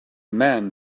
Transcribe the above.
man